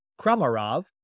Kramarov